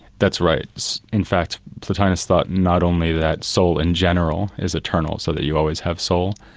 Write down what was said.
that's right. in fact plotinus thought not only that soul in general is eternal so that you always have soul,